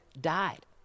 died